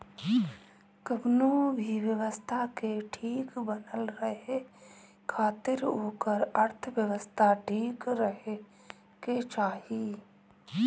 कवनो भी व्यवस्था के ठीक बनल रहे खातिर ओकर अर्थव्यवस्था ठीक रहे के चाही